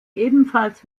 ebenfalls